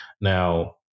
Now